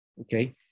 Okay